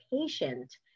patient